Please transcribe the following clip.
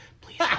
please